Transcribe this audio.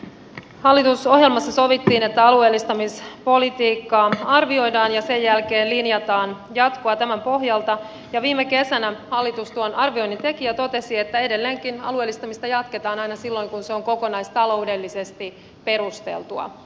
hallitusohjelmassa sovittiin että alueellistamispolitiikkaa arvioidaan ja sen jälkeen linjataan jatkoa tämän pohjalta ja viime kesänä hallitus tuon arvioinnin teki ja totesi että edelleenkin alueellistamista jatketaan aina silloin kun se on kokonaistaloudellisesti perusteltua